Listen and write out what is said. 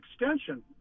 extension